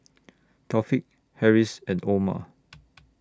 Taufik Harris and Omar